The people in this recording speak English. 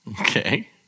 okay